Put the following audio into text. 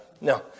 No